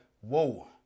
whoa